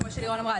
כמו שלירון אמרה,